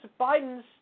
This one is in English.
Biden's